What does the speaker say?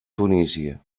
tunísia